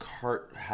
cart